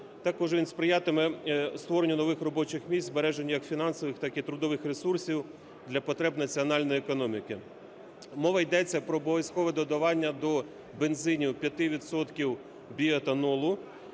також він сприятиме створенню нових робочих місць збереженню як фінансових, так і трудових ресурсів для потреб національної економіки. Мова йде про обов'язкове додавання до бензинів 5 відсотків